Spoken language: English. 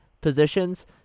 positions